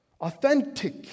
Authentic